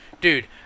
Dude